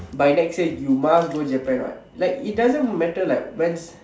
by next year you must go Japan what like it doesn't matter like when